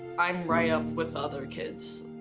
i'm right up with other kids,